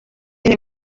mwe